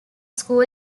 school